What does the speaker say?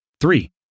Three